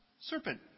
Serpent